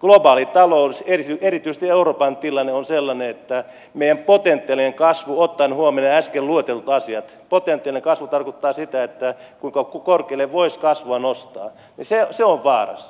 globaali talous erityisesti euroopan tilanne on sellainen että meidän potentiaalinen kasvu ottaen huomioon ne äsken luetellut asiat potentiaalinen kasvu tarkoittaa sitä kuinka korkealle voisi kasvua nostaa on vaarassa